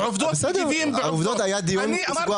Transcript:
על עובדות מגיבים בעובדות.